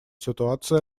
ситуации